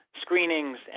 screenings